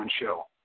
Show